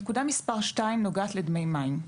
נקודה מספר שתיים נוגעת לדמי מים.